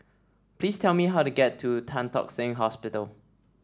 please tell me how to get to Tan Tock Seng Hospital